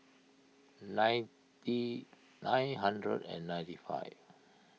ninety nine hundred and ninety five